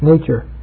nature